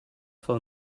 phone